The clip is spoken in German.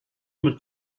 mit